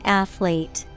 athlete